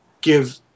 give